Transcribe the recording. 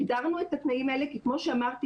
הגדרנו את התנאים האלה כי כמו שאמרתי,